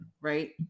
right